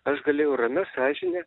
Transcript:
aš galėjau ramia sąžine